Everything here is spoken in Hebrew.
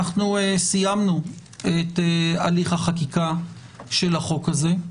אנחנו סיימנו את הליך החקיקה של החוק הזה.